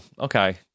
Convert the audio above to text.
okay